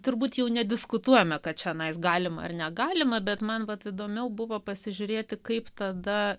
turbūt jau nediskutuojame kad čionai galima ar negalima bet man būtų įdomiau buvo pasižiūrėti kaip tada